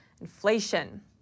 inflation